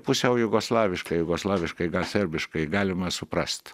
pusiau jugoslaviškai jugoslaviškai gal serbiškai galima suprast